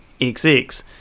xx